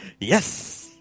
Yes